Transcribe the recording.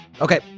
Okay